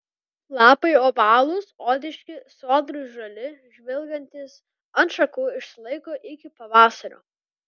lapai ovalūs odiški sodrūs žali žvilgantys ant šakų išsilaiko iki pavasario